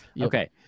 okay